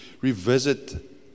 revisit